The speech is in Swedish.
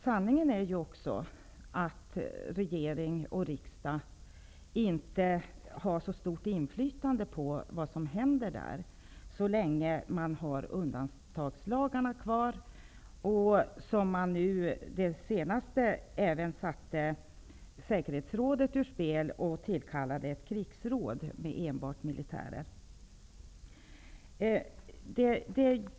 Sanningen är ju också att regering och riksdag inte har så stort inflytande över vad som händer där så länge man har undantagslagarna kvar. Det senaste är att man även satte säkerhetsrådet ur spel och tillkallade ett krigsråd med enbart militärer.